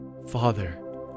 Father